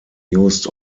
used